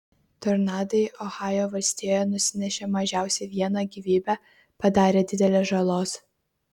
tornadai ohajo valstijoje nusinešė mažiausiai vieną gyvybę padarė didelės žalos